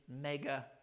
mega